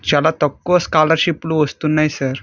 చాలా తక్కువ స్కాలర్షిప్లు వస్తున్నాయి సార్